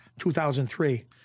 2003